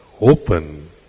open